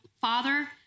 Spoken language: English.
father